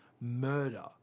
murder